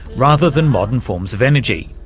rather than modern forms of energy.